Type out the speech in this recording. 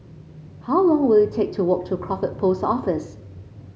how long will it take to walk to Crawford Post Office